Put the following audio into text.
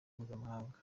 mpuzamahanga